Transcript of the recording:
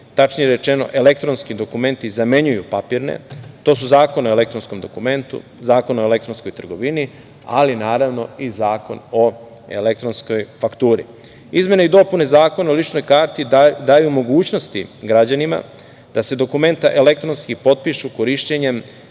tačnije rečeno, elektronski dokumenti zamenjuju papirne, to su Zakon o elektronskom dokumentu, Zakon o elektronskoj trgovini, ali naravno i Zakon o elektronskoj fakturi. Izmene i dopune Zakona o ličnoj karti daju mogućnosti građanima da se dokumenta elektronski potpišu korišćenjem